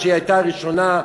שהיא הייתה הראשונה,